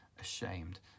ashamed